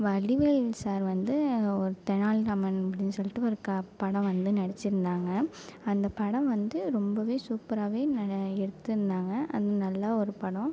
Vadivel sir வந்து ஒரு தெனாலிராமன் அப்டின்னு சொல்லிட்டு ஒரு படம் வந்து நடித்திருந்தாங்க அந்த படம் வந்து ரொம்ப சூப்பராகவே எடுத்திருந்தாங்க அது நல்ல ஒரு படம்